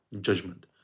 judgment